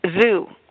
Zoo